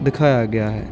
ਦਿਖਾਇਆ ਗਿਆ ਹੈ